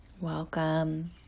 Welcome